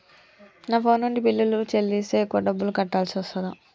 నా ఫోన్ నుండి బిల్లులు చెల్లిస్తే ఎక్కువ డబ్బులు కట్టాల్సి వస్తదా?